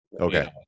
Okay